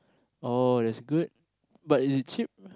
oh that's good but is it cheap